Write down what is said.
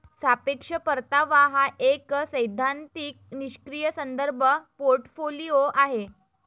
सापेक्ष परतावा हा एक सैद्धांतिक निष्क्रीय संदर्भ पोर्टफोलिओ आहे